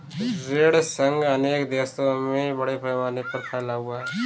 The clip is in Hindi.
ऋण संघ अनेक देशों में बड़े पैमाने पर फैला हुआ है